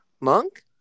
Monk